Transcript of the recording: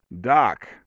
Doc